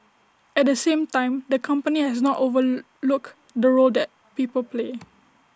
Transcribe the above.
at the same time the company has not overlooked the role that people play